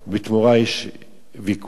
ויכוח על 70 מיליון שקלים